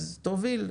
תוביל.